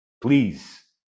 Please